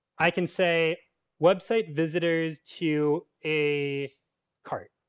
i can say website visitors to a cart.